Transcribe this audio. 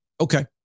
Okay